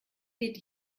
geht